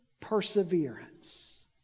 perseverance